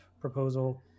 proposal